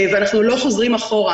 ואנחנו לא חוזרים אחורה.